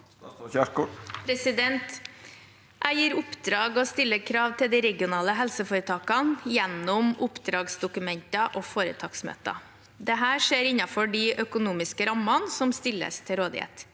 Jeg gir oppdrag og stiller krav til de regionale helseforetakene gjennom oppdragsdokumenter og foretaksmøter. Dette skjer innenfor de økonomiske rammene som stilles til rådighet.